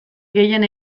gehien